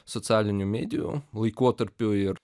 socialinių medijų laikotarpiu ir